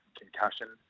concussion